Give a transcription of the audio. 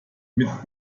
mit